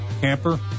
camper